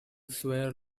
swear